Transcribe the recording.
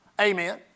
Amen